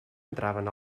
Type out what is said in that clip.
entraven